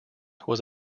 was